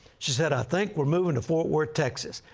she said, i think we're moving to fort worth, texas.